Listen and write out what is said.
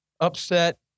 upset